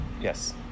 Yes